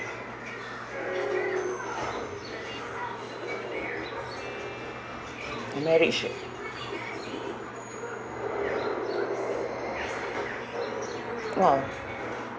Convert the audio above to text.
my marriage oh